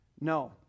No